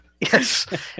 Yes